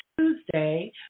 Tuesday